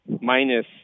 minus